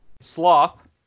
Sloth